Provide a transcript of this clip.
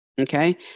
Okay